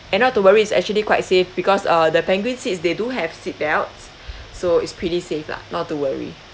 and not to worry it's actually quite safe because uh the penguin seats they do have seatbelts so it's pretty safe lah not to worry